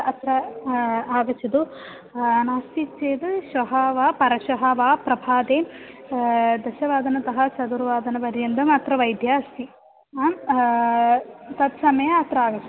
अत्र आगच्छतु नास्ति चेत् श्वः वा परश्वः वा प्रभाते दशवादनतः चतुर्वादनपर्यन्तम् अत्र वैद्यः अस्ति आम् तत्समये अत्र आगच्छन्ति